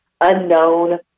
unknown